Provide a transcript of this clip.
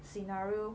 scenario